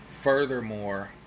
Furthermore